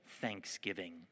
thanksgiving